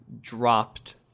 dropped